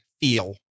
feel